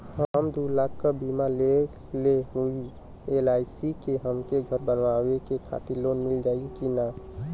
हम दूलाख क बीमा लेले हई एल.आई.सी से हमके घर बनवावे खातिर लोन मिल जाई कि ना?